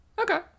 Okay